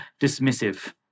dismissive